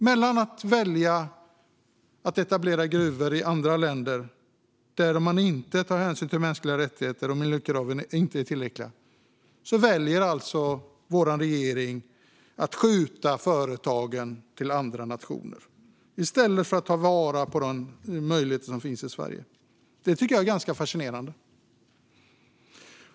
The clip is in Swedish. När det gäller att etablera gruvor väljer alltså vår regering att skjuta företagen till andra nationer, där man inte tar hänsyn till mänskliga rättigheter och där miljökraven inte är tillräckliga, i stället för att ta vara på de möjligheter som finns i Sverige. Det tycker jag är ganska fascinerande.